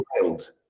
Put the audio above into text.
wild